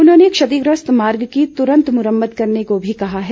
उन्होंने क्षतिग्रस्त मार्ग की तुरन्त मुरम्मत करने को भी कहा है